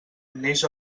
neix